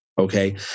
okay